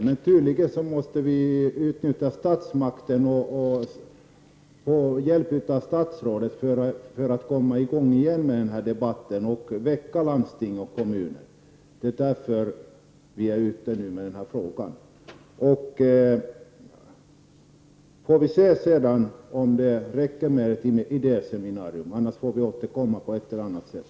Men tydligen måste vi utnyttja statsmakten och få hjälp av statsrådet för att få i gång denna debatt igen och väcka landsting och kommuner. Det är därför denna interpellation har väckts. Vi får sedan se om det räcker med ett idéseminarium. Om det inte gör det får vi återkomma på ett eller annat sätt.